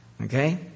Okay